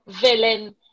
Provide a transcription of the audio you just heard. villain